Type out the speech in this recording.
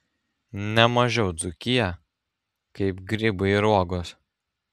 ne mažiau dzūkiją kaip grybai ir uogos